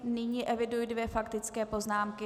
Nyní eviduji dvě faktické poznámky.